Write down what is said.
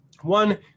One